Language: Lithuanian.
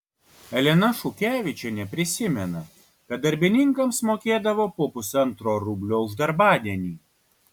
elena šukevičienė prisimena kad darbininkams mokėdavo po pusantro rublio už darbadienį